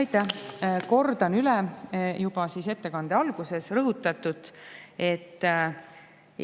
Aitäh! Kordan üle ettekande alguses rõhutatut, et